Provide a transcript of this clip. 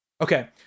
Okay